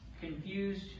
Confused